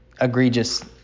egregious